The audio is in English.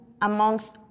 amongst